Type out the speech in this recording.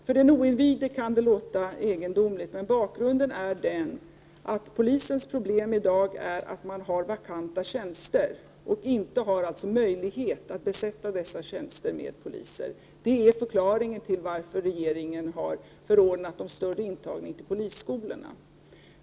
För den oinvigde kan det låta egendomligt, men bakgrunden är den att polisens problem i dag är att man har vakanta tjänster. Man har alltså inte möjlighet att besätta dessa tjänster med poliser. Det är förklaringen till att regeringen har förordnat om en större intagning till polisskolorna.